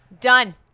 done